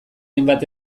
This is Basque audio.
hainbat